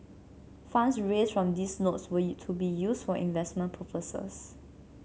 funds raised from these notes were to be used for investment purposes